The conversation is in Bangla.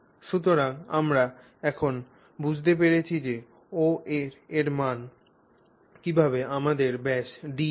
সুতরাং আমরা এখন বুঝতে পেরেছি যে OA র মান কীভাবে আমাদের ব্যাস D দেয়